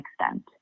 extent